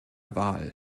wahl